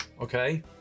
Okay